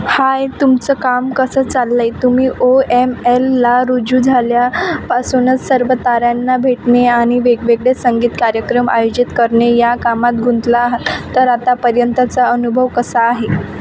हाय तुमचं काम कसं चाललं आहे तुम्ही ओ एम एलला रुजू झाल्या पासूनच सर्व ताऱ्यांना भेटणे आणि वेगवेगळे संगीत कार्यक्रम आयोजित करणे या कामात गुंतला आहात तर आतापर्यंतचा अनुभव कसा आहे